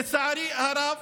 לצערי הרב